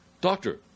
doctor